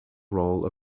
role